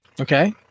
Okay